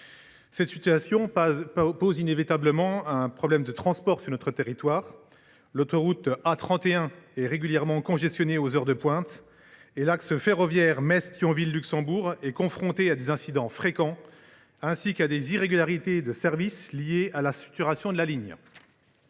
Cette situation pose inévitablement un problème de transport sur notre territoire : l’autoroute A31 est régulièrement congestionnée aux heures de pointe et l’axe ferroviaire Metz Thionville Luxembourg est confronté à des incidents fréquents, ainsi qu’à des irrégularités de service, liés à la saturation de la ligne.